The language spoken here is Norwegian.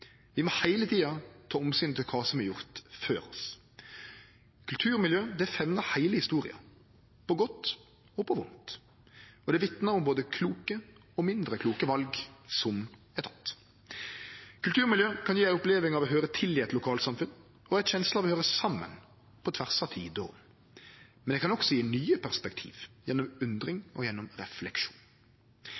Vi må heile tida ta omsyn til kva som er gjort før oss. Kulturmiljø femnar heile historia, på godt og på vondt. Det vitnar om både kloke og mindre kloke val som er tekne. Kulturmiljø kan gje ei oppleving av å høyre til i eit lokalsamfunn og ei kjensle av å høyre saman på tvers av tid og rom, men det kan også gje nye perspektiv gjennom undring og gjennom refleksjon.